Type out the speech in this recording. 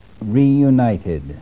reunited